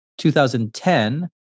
2010